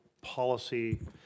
policy